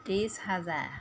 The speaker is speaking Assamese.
ত্ৰিছ হাজাৰ